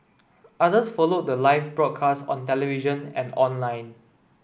others followed the live broadcast on television and online